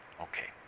Okay